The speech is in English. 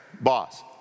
boss